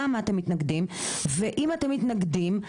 למה אתם מתנגדים ואם אתם מתנגדים,